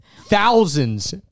Thousands